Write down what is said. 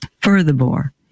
Furthermore